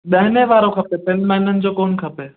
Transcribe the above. महिने वारो खपे टिनि महिननि जो कोन खपे